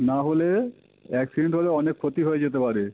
না হলে অ্যাকসিডেন্ট হলে অনেক ক্ষতি হয়ে যেতে পারে